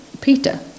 Peter